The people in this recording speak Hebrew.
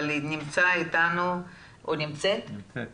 אבל נמצאת איתנו גל